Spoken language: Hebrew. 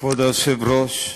כבוד היושב-ראש,